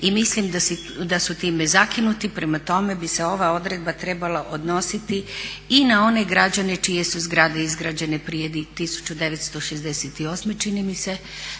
i mislim da su time zakinuti. Prema tome bi se ova odredba trebala odnositi i na one građane čije su zgrade izgrađene prije 1968. čini mi se,